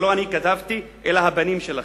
שלא אני כתבתי אלא הבנים שלכם?